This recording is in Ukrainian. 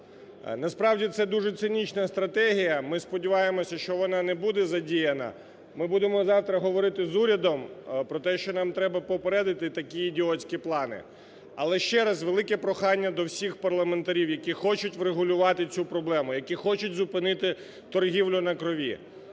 Насправді, це дуже цинічна стратегія. Ми сподіваємося, що вона не буде задіяні. Ми будемо завтра говорити з урядом про те, що нам треба попередити такі ідіотські плани. Але ще раз велике прохання до всіх парламентарів, які хочуть врегулювати цю проблему, які хочуть зупинити "торгівлі на крові".